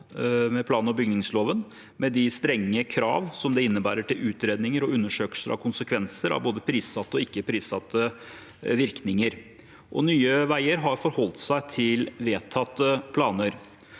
med plan- og bygningsloven, med de strenge krav som det innebærer til utredninger og undersøkelser av konsekvenser av både prissatte og ikke-prissatte virkninger. Nye veier har forholdt seg til vedtatte planer.